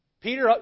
Peter